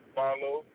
follow